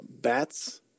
Bat's